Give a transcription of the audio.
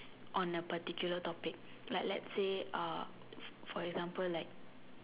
on a particular topic like let's say uh for example like